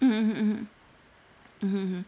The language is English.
mm mm mm mmhmm